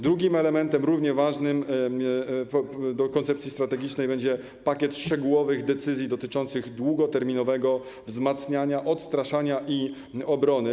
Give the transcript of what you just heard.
Drugim elementem, równie ważnym, dotyczącym koncepcji strategicznej będzie pakiet szczegółowych decyzji dotyczących długoterminowego wzmacniania, odstraszania i obrony.